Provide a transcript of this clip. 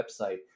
website